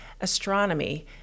astronomy